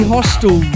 Hostel